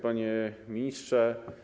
Panie Ministrze!